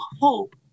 hope